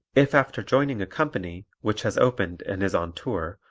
if after joining a company, which has opened and is on tour,